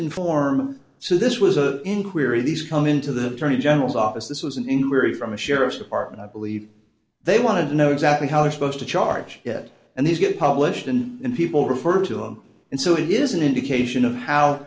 doesn't form so this was an inquiry these come into the tourney general's office this was an inquiry from a sheriff's department i believe they want to know exactly how they're supposed to charge it and they get published and and people refer to them and so it is an indication of how